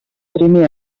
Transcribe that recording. primer